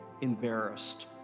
embarrassed